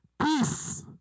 peace